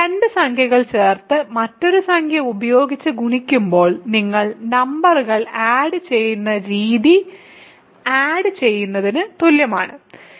രണ്ട് സംഖ്യകൾ ചേർത്ത് മറ്റൊരു സംഖ്യ ഉപയോഗിച്ച് ഗുണിക്കുമ്പോൾ നിങ്ങൾ നമ്പറുകൾ ആഡ് ചെയ്യുന്ന രീതി ആഡ് ചെയ്യുന്നതിന് തുല്യമാണിത്